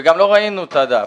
לא ראינו את הדף.